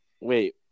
Wait